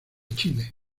chile